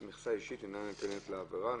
"מכסה אישית ניתנת להעברה,